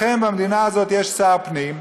לכן במדינה הזאת יש שר פנים.